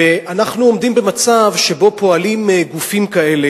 ואנחנו עומדים במצב שבו פועלים גופים כאלה